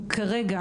אנחנו כרגע,